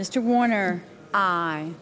mr warner i